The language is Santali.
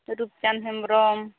ᱨᱩᱯᱪᱟᱸᱫ ᱦᱮᱢᱵᱨᱚᱢ